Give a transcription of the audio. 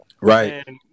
Right